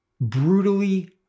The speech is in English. brutally